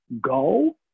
go